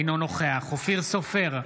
אינו נוכח אופיר סופר,